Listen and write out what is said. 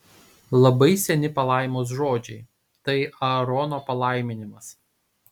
labai seni palaimos žodžiai tai aarono palaiminimas